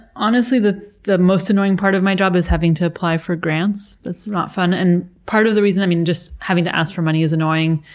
honestly, the the most annoying part of my job is having to apply for grants. that's not fun, and part of the reason, i mean, just having to ask for money is annoying,